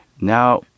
Now